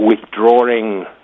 withdrawing